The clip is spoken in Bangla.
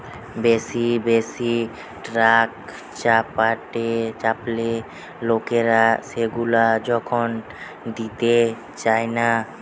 বেশি বেশি ট্যাক্স চাপালে লোকরা সেগুলা যখন দিতে চায়না